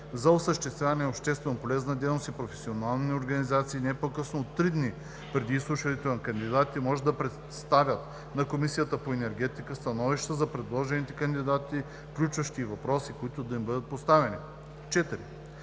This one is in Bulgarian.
за осъществяване на общественополезна дейност, и професионални организации не по-късно от три дни преди изслушването на кандидатите може да представят на Комисията по енергетика становища за предложените кандидати, включващи и въпроси, които да им бъдат поставени. 4.